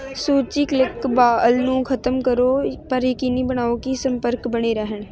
ਸੂਚੀ ਕਲਿੱਕਬਾਲ ਨੂੰ ਖਤਮ ਕਰੋ ਪਰ ਯਕੀਨੀ ਬਣਾਓ ਕਿ ਸੰਪਰਕ ਬਣੇ ਰਹਿਣ